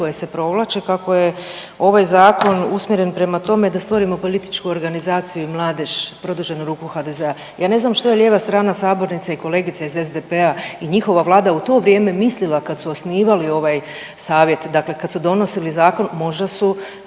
koja se provlači, kako je ovaj zakon usmjeren prema tome da stvorimo političku organizaciju i mladež, produženu ruku HDZ-a. Ja ne znam što je lijeva strana sabornice i kolegica iz SDP-a i njihova Vlada u to vrijeme mislila kad su osnivali ovaj savjet, dakle kad su donosili zakon možda su